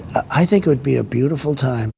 i think it would be a beautiful time.